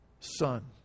Son